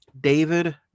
David